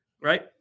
Right